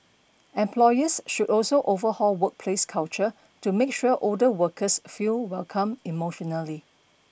employers should also overhaul workplace culture to make sure older workers feel welcome emotionally